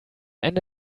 ende